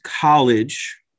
college